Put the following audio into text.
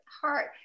heart